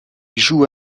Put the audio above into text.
joue